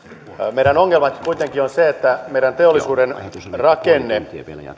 meidän ongelmamme kuitenkin on se että meidän teollisuuden rakenne